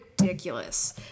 Ridiculous